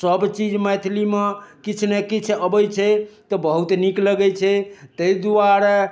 सबचीज मैथिलीमे किछु ने किछु अबै छै तऽ बहुत नीक लगै छै तै दुआरे